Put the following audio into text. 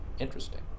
Interesting